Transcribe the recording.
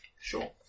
Sure